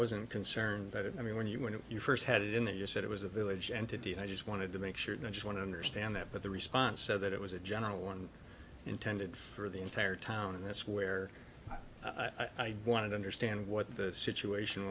wasn't concerned but i mean when you when you first had it in that you said it was a village entity and i just wanted to make sure no one understand that but the response so that it was a general one intended for the entire town and that's where i'd want to understand what the situation